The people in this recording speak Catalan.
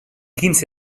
quins